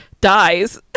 dies